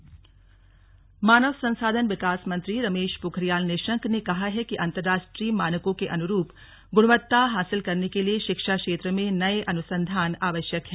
HRD मंत्री मानव संसाधन विकास मंत्री रमेश पोखरियाल निशंक ने कहा है कि अंतर्राष्ट्रीय मानकों के अनुरूप गुणवत्ता हासिल करने के लिए शिक्षा क्षेत्र में नये अनुसंधान आवश्यक हैं